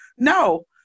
No